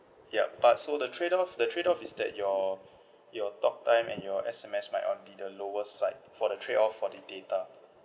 yup but so the trade off the trade off is that your your talk time and your S_M_S might on be the lower side for the trade off for the data